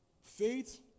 faith